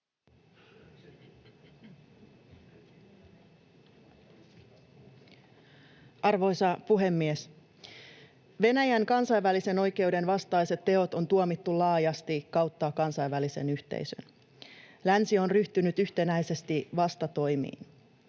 Arvoisa puhemies! Venäjän kansainvälisen oikeuden vastaiset teot on tuomittu laajasti kautta kansainvälisen yhteisön. Länsi on ryhtynyt yhtenäisesti vastatoimiin.